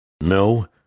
No